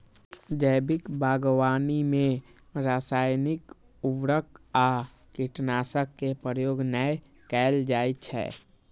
जैविक बागवानी मे रासायनिक उर्वरक आ कीटनाशक के प्रयोग नै कैल जाइ छै